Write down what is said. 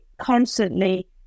constantly